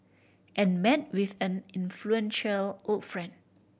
and met with an influential old friend